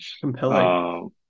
Compelling